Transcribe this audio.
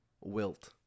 Wilt